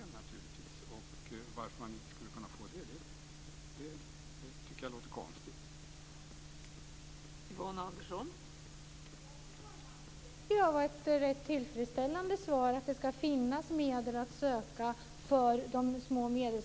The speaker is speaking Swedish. Jag tycker att det låter konstigt att man inte skulle kunna få det.